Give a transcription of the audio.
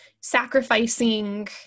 sacrificing